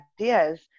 ideas